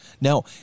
Now